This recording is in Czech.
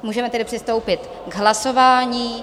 Můžeme tedy přistoupit k hlasování.